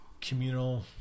Communal